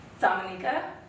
Dominika